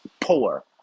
poor